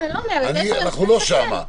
אנחנו לא שם.